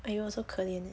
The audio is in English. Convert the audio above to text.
!aiyo! so 可怜 eh